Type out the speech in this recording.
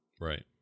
Right